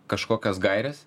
kažkokios gairės